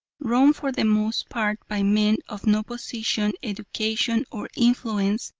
run for the most part by men of no position, education, or influence,